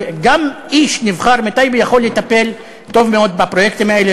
גם איש נבחר מטייבה יכול לטפל טוב מאוד בפרויקטים האלה,